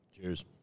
Cheers